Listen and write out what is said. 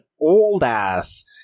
old-ass